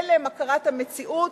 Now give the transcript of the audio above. אין להן הכרת המציאות,